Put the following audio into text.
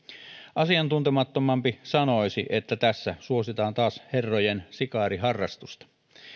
asiantuntemattomampi sanoisi että tässä suositaan taas herrojen sikariharrastusta